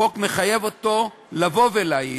החוק מחייב אותו לבוא ולהעיד,